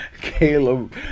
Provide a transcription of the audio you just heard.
Caleb